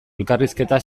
elkarrizketa